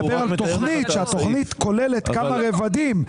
התוכנית כוללת כמה רבדים.